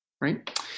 right